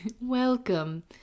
Welcome